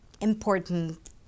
important